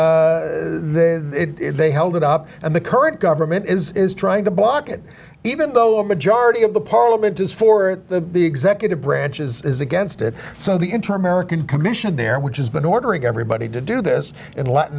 then they held it up and the current government is trying to block it even though a majority of the parliament is for the executive branch is against it so the inter merican commission there which has been ordering everybody to do this in latin